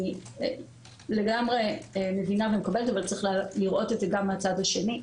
אני לגמרי מבינה ומקבלת אבל צריך לראות את זה גם מהצד השני.